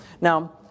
Now